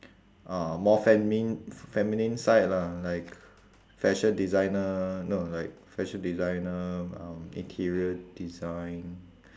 uh more femin~ feminine side lah like fashion designer no like fashion designer um interior design